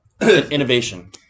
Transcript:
innovation